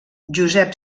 josep